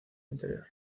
interior